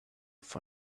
for